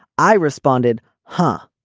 i responded huh.